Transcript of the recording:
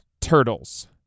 Turtles